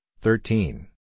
thirteen